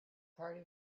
party